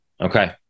Okay